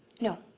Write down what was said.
No